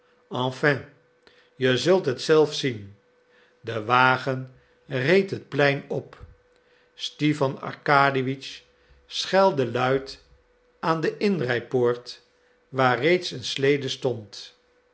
je zult het zelf zien de wagen reed het plein op stipan arkadiewitsch schelde luid aan de inrijpoort waar reeds een slede stond